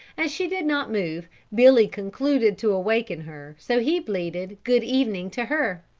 as she did not move billy concluded to awaken her so he bleated good evening to her.